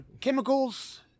chemicals